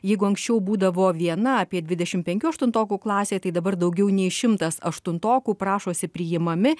jeigu anksčiau būdavo viena apie dvidešim penkių aštuntokų klasė tai dabar daugiau nei šimtas aštuntokų prašosi priimami